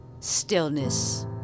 Stillness